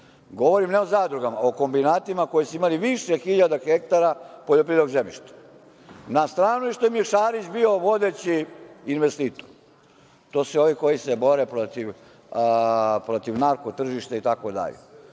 Govorim ne o zadrugama, o kombinatima koji su imali više hiljada hektara poljoprivrednog zemljišta. Na stranu i što im je Šarić bio vodeći investitor, to su ovi koji se bore protiv narko-tržišta itd.